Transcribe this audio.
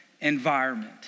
environment